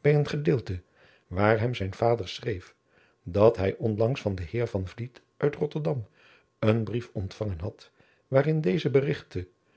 bij een gedeelte waar hem zijn vader schreef dat hij onlangs van den heer van vliet uit rotterdam een brief ontvangen had waarin deze berigtte